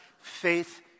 faith